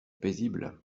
paisible